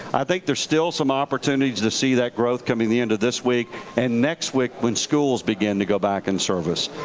i think there's still some opportunities to see that growth coming the end of this week and next week when schools begin to go back in service.